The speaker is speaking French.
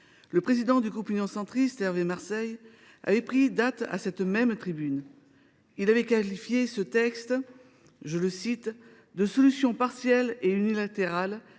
le président du groupe Union Centriste, Hervé Marseille, avait pris date à cette même tribune. Il avait qualifié ce texte de « solution “partielle et unilatérale”